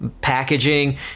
packaging